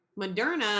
Moderna